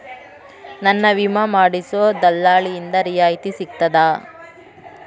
ನನ್ನ ವಿಮಾ ಮಾಡಿಸೊ ದಲ್ಲಾಳಿಂದ ರಿಯಾಯಿತಿ ಸಿಗ್ತದಾ?